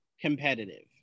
competitive